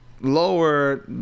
lower